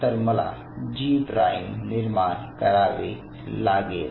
तर मला G prime निर्माण करावे लागेल